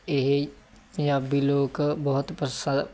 ਇਹ ਪੰਜਾਬੀ ਲੋਕ ਬਹੁਤ ਪ੍ਰਸ